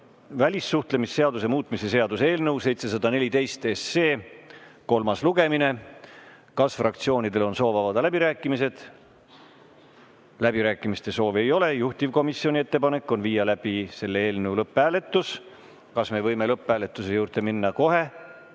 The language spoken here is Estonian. välissuhtlemisseaduse muutmise seaduse eelnõu 714 kolmas lugemine. Kas fraktsioonidel on soov avada läbirääkimised? Läbirääkimiste soovi ei ole. Juhtivkomisjoni ettepanek on viia läbi selle eelnõu lõpphääletus. Kas me võime lõpphääletuse juurde minna kohe?